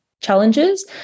challenges